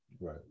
Right